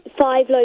Five